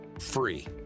free